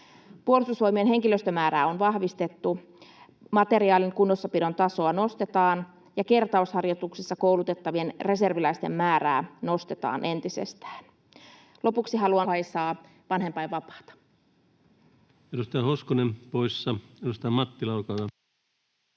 Puolustusvoimien henkilöstömäärää on vahvistettu, materiaalin kunnossapidon tasoa nostetaan ja kertausharjoituksissa koulutettavien reserviläisten määrää nostetaan entisestään. Lopuksi haluan kiittää puolustusministeri Kaikkosta hyvin